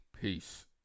Peace